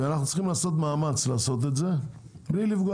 ואנחנו צריכים לעשות מאמץ לעשות את זה בלי לפגוע,